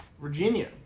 Virginia